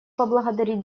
поблагодарить